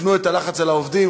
והפנו את הלחץ אל העובדים.